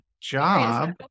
job